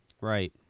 Right